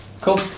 Cool